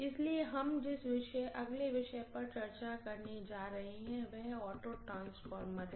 इसलिए हम जिस अगले विषय पर चर्चा करने जा रहे हैं वह ऑटो ट्रांसफार्मर है